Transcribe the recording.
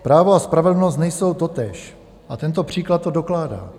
Právo a spravedlnost nejsou totéž a tento příklad to dokládá.